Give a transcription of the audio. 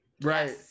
Right